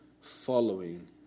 following